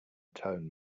tone